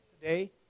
today